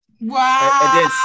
Wow